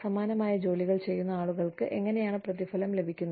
സമാനമായ ജോലികൾ ചെയ്യുന്ന ആളുകൾക്ക് എങ്ങനെയാണ് പ്രതിഫലം ലഭിക്കുന്നത്